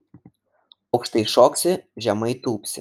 aukštai šoksi žemai tūpsi